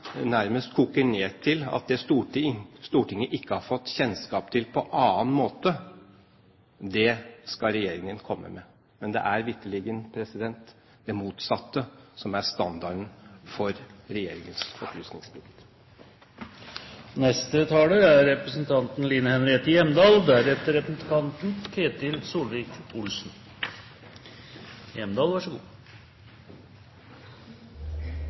nærmest koker ned til at det Stortinget ikke har fått kjennskap til på annen måte, det skal regjeringen komme med. Men det er vitterlig det motsatte som er standarden for regjeringens